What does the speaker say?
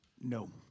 No